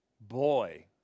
Boy